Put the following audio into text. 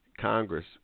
Congress